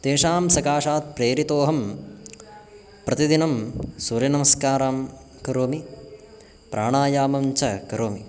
तेषां सकाशात् प्रेरितोहं प्रतिदिनं सूर्यनमस्कारान् करोमि प्राणायामं च करोमि